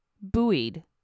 buoyed